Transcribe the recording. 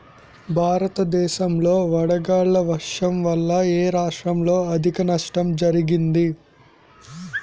భారతదేశం లో వడగళ్ల వర్షం వల్ల ఎ రాష్ట్రంలో అధిక నష్టం జరిగింది?